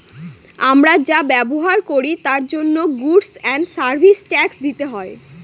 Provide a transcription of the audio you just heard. আমরা যা ব্যবহার করি তার জন্য গুডস এন্ড সার্ভিস ট্যাক্স দিতে হয়